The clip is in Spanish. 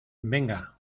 venga